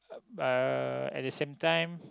uh at the same time